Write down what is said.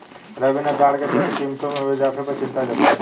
रवि ने ताड़ के तेल की कीमतों में हुए इजाफे पर चिंता जताई